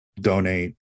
donate